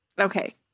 Okay